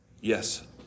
yes